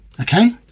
Okay